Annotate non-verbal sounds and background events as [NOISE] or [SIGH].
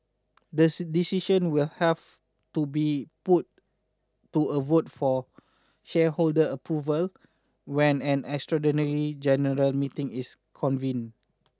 the [UNINTELLIGIBLE] decision will have to be put to a vote for shareholder approval when an extraordinary general meeting is convened